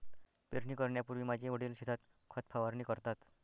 पेरणी करण्यापूर्वी माझे वडील शेतात खत फवारणी करतात